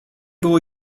było